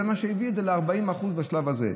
זה מה שהביא את זה ל-40% בשלב הזה.